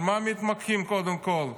במה מתמקדים קודם כול?